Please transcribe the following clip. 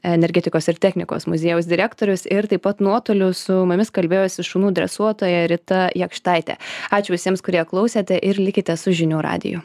energetikos ir technikos muziejaus direktorius ir taip pat nuotoliu su mumis kalbėjosi šunų dresuotoja rita jakštaitė ačiū visiems kurie klausėte ir likite su žinių radiju